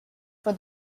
for